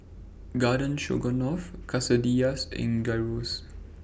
Garden Stroganoff Quesadillas and Gyros